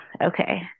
okay